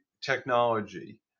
technology